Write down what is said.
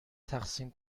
تقسیم